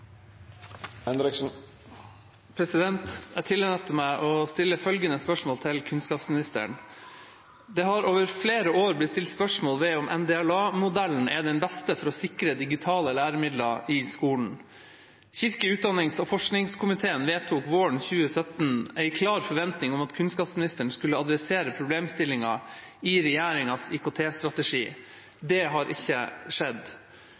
i Stortinget. Jeg tillater meg å stille følgende spørsmål til kunnskapsministeren: «Det har over flere år blitt stilt spørsmål ved om NDLA-modellen er den beste for å sikre digitale læremidler i skolen. Kirke-, utdannings- og forskningskomiteen vedtok våren 2017 en klar forventning om at kunnskapsministeren skulle adressere problemstillingen i regjeringas IKT-strategi. Det har ikke skjedd.